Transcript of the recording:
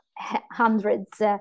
hundreds